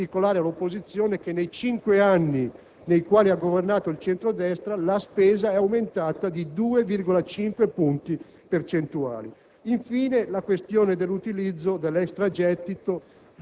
nei prossimi mesi. Voglio ricordare, in particolare all'opposizione, che nei cinque anni di Governo del centro-destra, la spesa è aumentata di 2,5 punti percentuali.